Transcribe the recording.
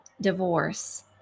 Divorce